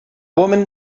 woman